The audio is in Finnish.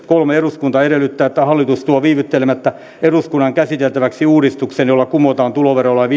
kolme eduskunta edellyttää että hallitus tuo viivyttelemättä eduskunnan käsiteltäväksi uudistuksen jolla kumotaan tuloverolain